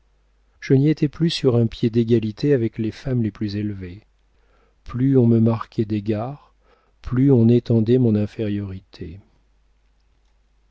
je n'y étais plus sur un pied d'égalité avec les femmes les plus élevées plus on me marquait d'égards plus on étendait mon infériorité